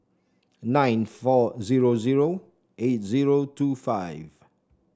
nine four zero zero eight zero two five